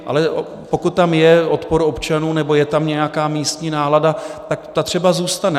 Ale pokud tam je odpor občanů nebo je tam nějaká místní nálada, tak ta třeba zůstane.